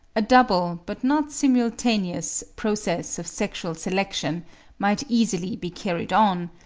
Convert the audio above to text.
a double, but not simultaneous, process of sexual selection might easily be carried on,